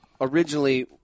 originally